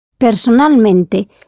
Personalmente